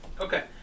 Okay